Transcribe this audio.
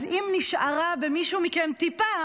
אז אם נשארה במישהו מכם טיפה,